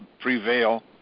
prevail